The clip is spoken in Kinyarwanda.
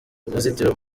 uruzitiro